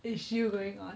issue going on